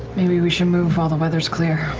maybe we should move while the weather's clear.